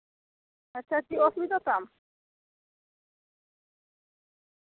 ᱟᱪᱪᱷᱟ ᱪᱮᱫ ᱚᱥᱩᱵᱤᱫᱷᱟ ᱛᱟᱢ